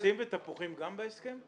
אגסים ותפוחים גם בהסכם?